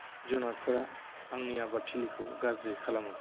जुनारफोरा आंनि आबादथिलिखौ गाज्रि खालामो